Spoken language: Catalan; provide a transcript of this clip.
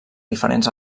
diferents